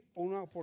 una